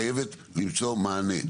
חייבת למצוא מענה.